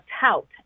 tout